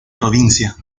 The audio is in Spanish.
provincia